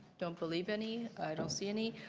don't believe any. i don't see any.